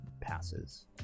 passes